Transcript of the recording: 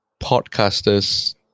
podcasters